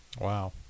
Wow